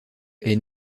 est